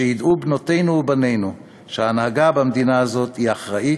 שידעו בנותינו ובנינו שההנהגה במדינה הזאת היא אחראית,